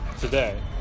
today